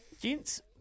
gents